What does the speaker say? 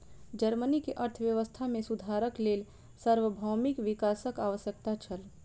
Germany के अर्थव्यवस्था मे सुधारक लेल सार्वभौमिक बैंकक आवश्यकता छल